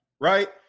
right